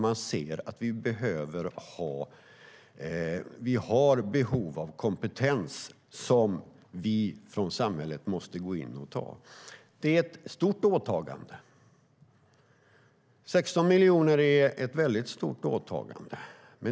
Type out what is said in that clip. Man ser att vi har behov av kompetens som vi från samhället måste gå in och ta ansvar för. Det är ett väldigt stort åtagande med 16 miljoner.